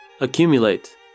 accumulate